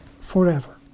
forever